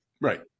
right